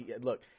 Look